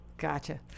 Gotcha